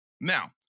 Now